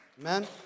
Amen